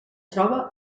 troba